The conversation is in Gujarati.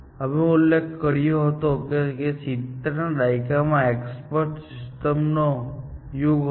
અમે ઉલ્લેખ કર્યો હતો કે 70ના દાયકામાં એક્સપર્ટ સિસ્ટમનો યુગ હતો